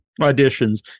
auditions